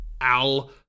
al